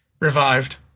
revived